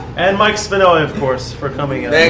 and mike spinelli, of course, for coming in.